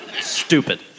stupid